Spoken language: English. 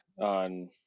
on